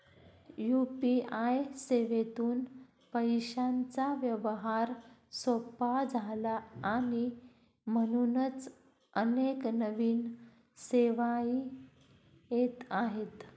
UPI सेवेतून पैशांचा व्यवहार सोपा झाला आणि म्हणूनच अनेक नवीन सेवाही येत आहेत